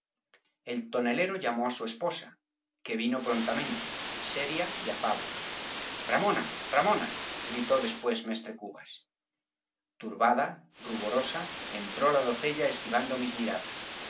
el tonelero llamó á su esposa que vino prontamente seria y afable ramona ramona gritó después mestre cubas turbada ruborosa entró la doncella esquivando mis miradas